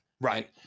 Right